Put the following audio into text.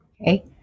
Okay